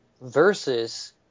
versus